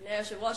אדוני היושב-ראש,